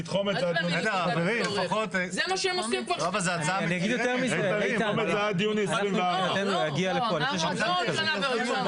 תתחום את זה עד יוני 2024. לא שנה ועוד שנה.